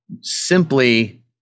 simply